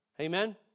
Amen